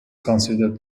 considered